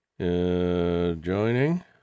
joining